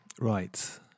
Right